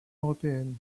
européenne